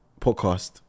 podcast